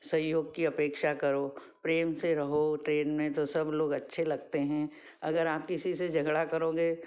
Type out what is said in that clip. सहयोग की अपेक्षा करो प्रेम से रहो ट्रेन में तो सब लोग अच्छे लगते हैं अगर आप किसी से झगड़ा करोगे